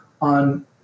on